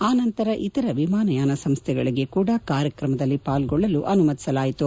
ಆನಂತರ ಇತರ ವಿಮಾನ ಯಾನಸಂಸ್ಥೆಗಳಿಗೆ ಕೂಡಾ ಕಾರ್ಯಕ್ರಮದಲ್ಲಿ ಪಾಲ್ಡೊಳ್ಳಲು ಅನುಮತಿಸಲಾಯಿತು